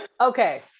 Okay